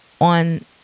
on